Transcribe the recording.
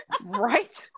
Right